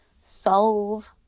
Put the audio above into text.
solve